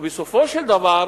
ובסופו של דבר,